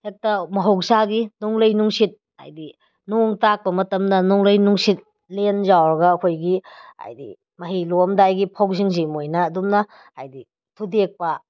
ꯍꯦꯛꯇ ꯃꯍꯧꯁꯥꯒꯤ ꯅꯣꯡꯂꯩ ꯅꯨꯡꯁꯤꯠ ꯍꯥꯏꯗꯤ ꯅꯣꯡ ꯇꯥꯔꯛꯄ ꯃꯇꯝꯗ ꯅꯣꯡꯂꯩ ꯅꯨꯡꯁꯤꯠ ꯂꯦꯟ ꯌꯥꯎꯔꯒ ꯑꯩꯈꯣꯏꯒꯤ ꯍꯥꯏꯗꯤ ꯃꯍꯩ ꯂꯣꯛꯑꯝꯗꯥꯏꯒꯤ ꯐꯧꯁꯤꯡꯁꯤ ꯃꯣꯏꯅ ꯑꯗꯨꯝꯅ ꯍꯥꯏꯗꯤ ꯊꯨꯗꯦꯛꯄ